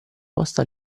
posta